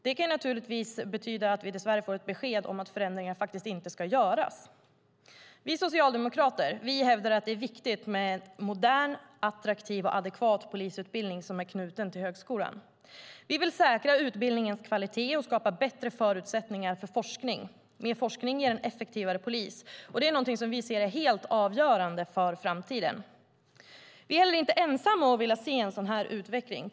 Det kan naturligtvis betyda att vi dess värre får ett besked om att förändringar faktiskt inte ska göras. Vi socialdemokrater hävdar att det är viktigt med en modern, attraktiv och adekvat polisutbildning som är knuten till högskolan. Vi vill säkra utbildningens kvalitet och skapa bättre förutsättningar för forskning. Mer forskning ger en effektivare polis, och det är någonting som vi ser är helt avgörande för framtiden. Vi är heller inte ensamma om att vilja se en sådan utveckling.